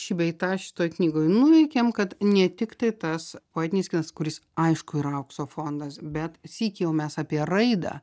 šį bei tą šitoj knygoj nuveikėm kad ne tiktai tas poetinis kinas kuris aišku yra aukso fondas bet sykį jau mes apie raidą